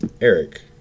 Eric